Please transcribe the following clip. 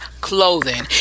clothing